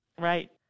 Right